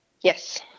Yes